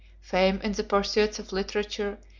fame in the pursuits of literature,